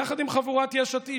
יחד עם חבורת יש עתיד,